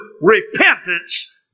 repentance